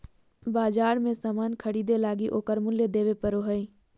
बाजार मे सामान ख़रीदे लगी ओकर मूल्य देबे पड़ो हय